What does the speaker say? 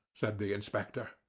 said the inspector.